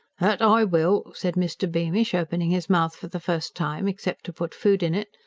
that i will! said mr. beamish, opening his mouth for the first time except to put food in it.